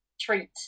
treat